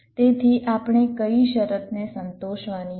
તેથી આપણે કઈ શરતને સંતોષવાની છે